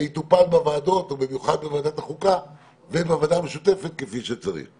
זה יטופל בוועדות ובמיוחד בוועדת החוקה ובוועדה המשותפת כפי שצריך.